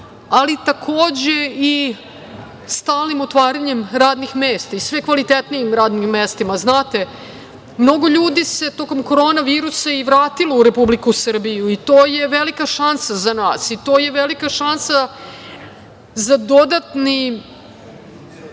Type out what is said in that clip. ali takođe i stalnim otvaranjem radnih mesta i sve kvalitetnijim radnim mestima. Znate, mnogo ljudi se tokom Korona virusa i vratilo u Republiku Srbiju i to je velika šansa za nas, i to je velika šansa za dodatni